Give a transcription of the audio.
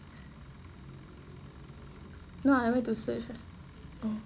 no I went to search